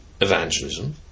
evangelism